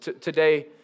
Today